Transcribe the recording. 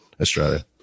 Australia